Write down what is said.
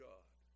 God